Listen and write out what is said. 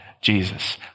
Jesus